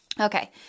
Okay